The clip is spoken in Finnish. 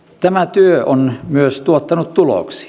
tämä työ on myös tuottanut tuloksia